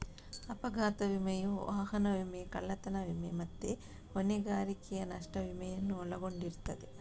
ಅಪಘಾತ ವಿಮೆಯು ವಾಹನ ವಿಮೆ, ಕಳ್ಳತನ ವಿಮೆ ಮತ್ತೆ ಹೊಣೆಗಾರಿಕೆಯ ನಷ್ಟ ವಿಮೆಯನ್ನು ಒಳಗೊಂಡಿರ್ತದೆ